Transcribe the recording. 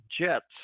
Jets